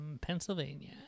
Pennsylvania